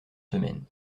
semaines